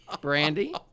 Brandy